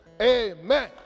Amen